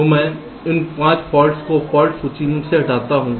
तो मैं उन 5 फॉल्ट्स को फाल्ट सूची से हटाता हूं